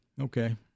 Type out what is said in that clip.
okay